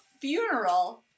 funeral